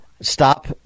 Stop